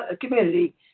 community